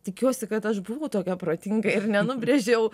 tikiuosi kad aš buvau tokia protinga ir nenubrėžiau